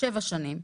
שבע שנים,